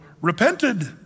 repented